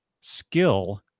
skill